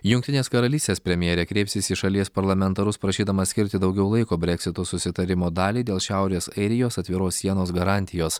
jungtinės karalystės premjerė kreipsis į šalies parlamentarus prašydama skirti daugiau laiko breksito susitarimo daliai dėl šiaurės airijos atviros sienos garantijos